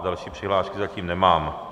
Další přihlášky zatím nemám.